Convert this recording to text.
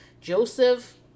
Joseph